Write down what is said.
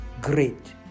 great